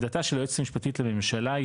עמדתה של היועצת המשפטית לממשלה היא